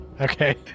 Okay